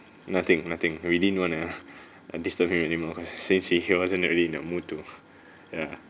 nothing nothing we didn't want [arh] disturb him anymore cause since he wasn't really in the mood to ya